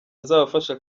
azabafasha